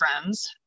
friends